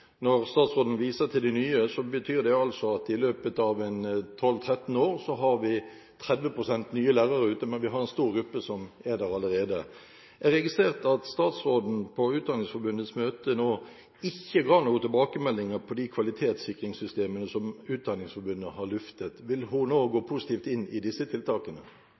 Når statsråden viser til de nye, betyr det altså at i løpet av 12–13 år har vi 30 pst. nye lærere ute, men vi har en stor gruppe som er der allerede. Jeg registrerte at statsråden på Utdanningsforbundets møte nå ikke ga noen tilbakemeldinger på de kvalitetssikringssystemene som Utdanningsforbundet har luftet. Vil hun nå gå positivt inn i disse tiltakene?